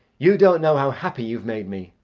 you don't know how happy you've made me.